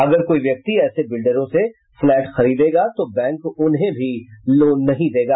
अगर कोई व्यक्ति ऐसे बिल्डरों से फ्लैट खरीदेगा तो बैंक उन्हें भी लोन नहीं देगा